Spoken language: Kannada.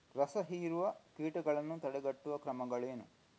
ರಸಹೀರುವ ಕೀಟಗಳನ್ನು ತಡೆಗಟ್ಟುವ ಕ್ರಮಗಳೇನು?